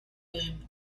boom